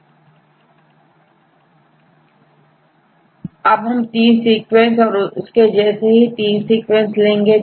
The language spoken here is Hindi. अब हम तीन सीक्वेंस और उसके जैसे ही 3 सीक्वेंस देखेंगे